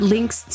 Links